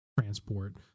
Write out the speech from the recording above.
transport